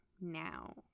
now